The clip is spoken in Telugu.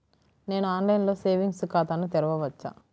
నేను ఆన్లైన్లో సేవింగ్స్ ఖాతాను తెరవవచ్చా?